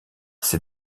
ses